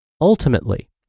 Ultimately